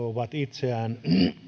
ovat itseään